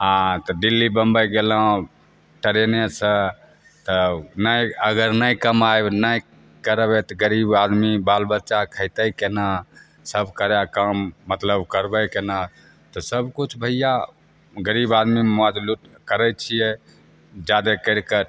आओर तऽ दिल्ली बम्बै गेलहुँ ट्रेनेसे तब नहि अगर नहि कमाएब नहि करबै तऽ गरीब आदमी बाल बच्चा खएतै कोना सब करै काम मतलब करबै कोना तऽ सबकिछु भइआ गरीब आदमी मजलुस करै छिए जादे करिके